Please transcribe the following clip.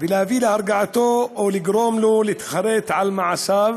ולהביא להרגעתו או לגרום לו להתחרט על מעשיו